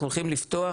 אנחנו הולכים לפתוח,